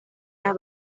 las